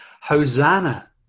Hosanna